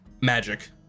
magic